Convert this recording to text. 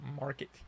market